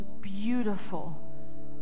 beautiful